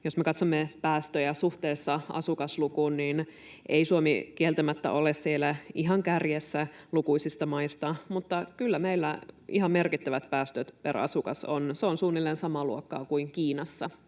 Jos me katsomme päästöjä suhteessa asukaslukuun, niin ei Suomi kieltämättä ole siellä ihan kärjessä lukuisista maista, mutta kyllä meillä ihan merkittävät päästöt per asukas on. Se on suunnilleen samaa luokkaa kuin Kiinassa,